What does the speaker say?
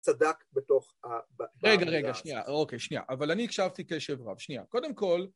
צדק בתוך ה... רגע, רגע, שנייה, אוקיי, שנייה, אבל אני הקשבתי קשב רב, שנייה, קודם כול...